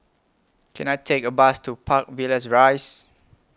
Can I Take A Bus to Park Villas Rise